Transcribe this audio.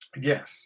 Yes